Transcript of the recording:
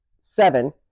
seven